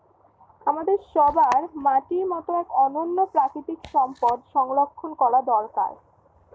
আমাদের সবার মাটির মতো এক অনন্য প্রাকৃতিক সম্পদ সংরক্ষণ করা দরকার